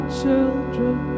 children